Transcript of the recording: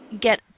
get